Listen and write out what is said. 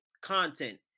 content